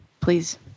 Please